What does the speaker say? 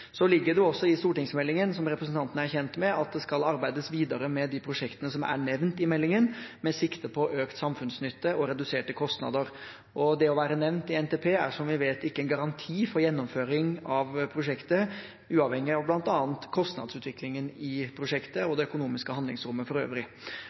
ligger det også i stortingsmeldingen at det skal arbeides videre med de prosjektene som er nevnt i meldingen, med sikte på økt samfunnsnytte og reduserte kostnader. Det å være nevnt i NTP er, som vi vet, ikke en garanti for gjennomføring av prosjektet, uavhengig av bl.a. kostnadsutviklingen i prosjektet og